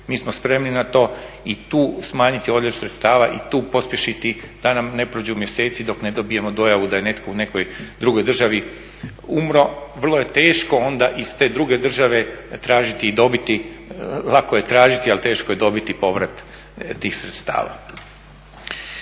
mi smo spremni na to i tu smanjiti odljev sredstava i tu pospješiti da nam ne prođu mjeseci dok ne dobijemo dojavu da je netko u nekoj drugoj državi umro, vrlo je teško onda iz te druge države tražiti i dobiti, lako je tražiti, ali teško je dobiti povrat tih sredstava.